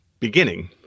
beginning